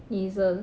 nasal